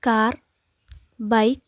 car bike